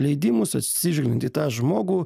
leidimus atsižvelgiant į tą žmogų